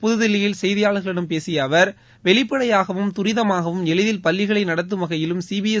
புதுதில்லியில் செய்தியாளர்களிடம் பேசிய அவர் வெளிப்படையாகவும் தூரிதமாகவும் எளிதில் பள்ளிகளை நடத்தும் வகையிலும் சிபிஎஸ்